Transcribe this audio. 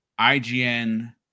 IGN